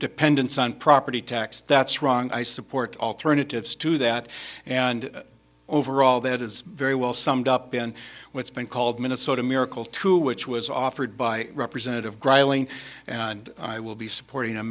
dependence on property tax that's wrong i support alternatives to that and overall that is very well summed up in what's been called minnesota miracle two which was offered by representative grayling and i will be supporting a